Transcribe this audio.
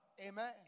Amen